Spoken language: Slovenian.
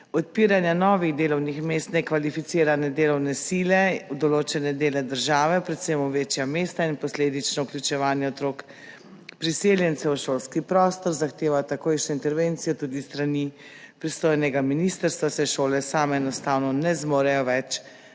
odpiranja novih delovnih mest nekvalificirane delovne sile v določene dele države, predvsem v večja mesta, in posledično vključevanja otrok priseljencev v šolski prostor zahteva takojšnjo intervencijo tudi s strani pristojnega ministrstva, saj šole same enostavno ne zmorejo več